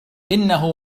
إنه